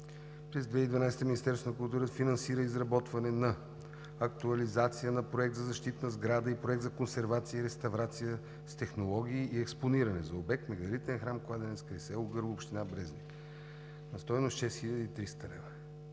През 2012 г. Министерството на културата финансира изработване на актуализация на Проект за защитна сграда и Проект за консервация и реставрация с технологии и експониране за обект мегалитен „Храм – кладенец“, край село Гърло, община Брезник на стойност 6300 лв.